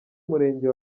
murenge